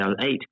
eight